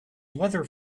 weather